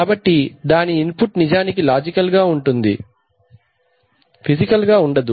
కాబట్టి దాని input నిజానికి లాజికల్ గా ఉంటుంది ఫిజికల్ గా ఉండదు